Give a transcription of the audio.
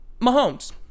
Mahomes